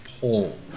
pull